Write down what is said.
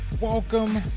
Welcome